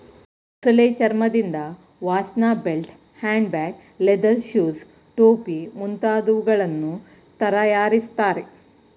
ಮೊಸಳೆ ಚರ್ಮದಿಂದ ವಾಚ್ನ belt, hand bag, leather shoes, ಟೋಪಿ ಮುಂತಾದವುಗಳನ್ನು ತರಯಾರಿಸ್ತರೆ